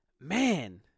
man